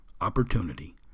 opportunity